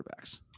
quarterbacks